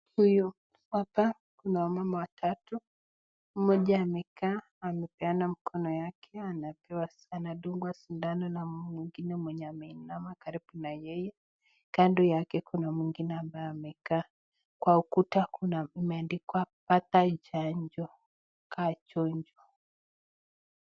Hapa kuna wamama watatu moja anakaa anapeana mkono yake anapeana anatungwa sindano na mwengine mwenye ameinama karibu na yeye, kando yake kuna mwingine amekaa, kwa ukuta imeandikwa pata chanjo Kaa chonjo.